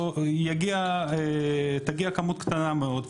או שתגיע כמות קטנה מאוד.